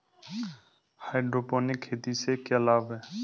Hydroponic खेती से क्या लाभ हैं?